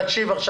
תקשיב,